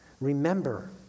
Remember